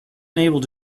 unable